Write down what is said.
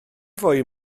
fwy